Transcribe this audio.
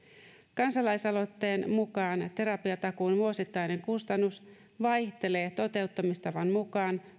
kansalaisaloitteen mukaan terapiatakuun vuosittainen kustannus vaihtelee toteuttamistavan mukaan